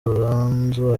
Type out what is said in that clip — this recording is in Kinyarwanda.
ruganzu